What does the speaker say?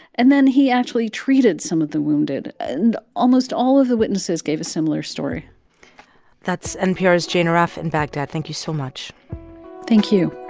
and then he actually treated some of the wounded. and almost all of the witnesses gave a similar story that's npr's jane arraf in baghdad. thank you so much thank you